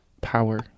power